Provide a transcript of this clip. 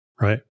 right